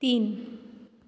तीन